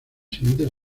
siguientes